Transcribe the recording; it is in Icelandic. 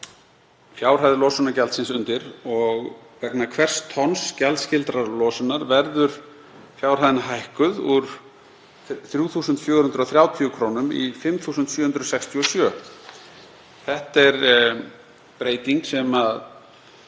fjárhæð losunargjaldsins undir og vegna hvers tonns gjaldskyldrar losunar verður fjárhæðin hækkuð úr 3.430 kr. í 5.767 kr. Þetta er breyting sem